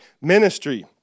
ministry